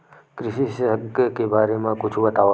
कृषि विशेषज्ञ के बारे मा कुछु बतावव?